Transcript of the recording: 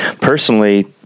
personally